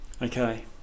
Okay